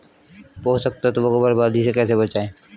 पोषक तत्वों को बर्बादी से कैसे बचाएं?